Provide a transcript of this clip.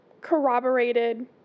corroborated